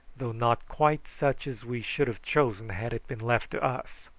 though not quite such as we should have chosen had it been left to us.